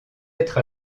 être